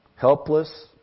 Helpless